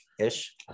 ish